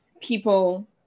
people